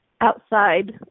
outside